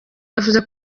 yavuze